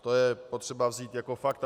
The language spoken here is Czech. To je potřeba vzít jako fakt.